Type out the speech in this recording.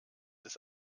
des